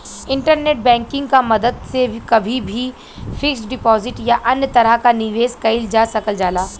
internet banking क मदद से कभी भी फिक्स्ड डिपाजिट या अन्य तरह क निवेश कइल जा सकल जाला